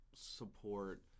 support